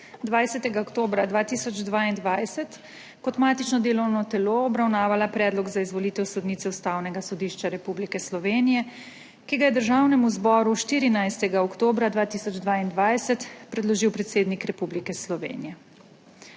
20. oktobra 2022 kot matično delovno telo obravnavala Predlog za izvolitev sodnice Ustavnega sodišča Republike Slovenije, ki ga je Državnemu zboru 14. oktobra 2022 predložil predsednik Republike Slovenije.